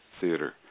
theater